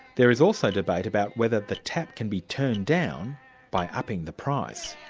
there is also debate about whether the tap can be turned down by upping the price.